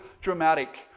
dramatic